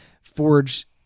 Forge